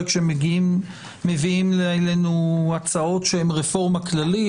כשמביאים אלינו הצעות שהן רפורמה כללית.